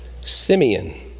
Simeon